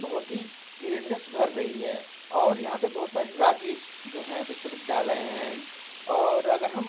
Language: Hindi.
बहुत ही धीरे धीरे सुधर रही है और यहाँ पर बहुत सारे राज्य जो हैं विश्वविद्यालय हैं और अगर हम